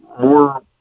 more